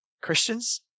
Christians